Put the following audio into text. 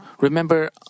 remember